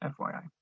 FYI